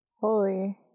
holy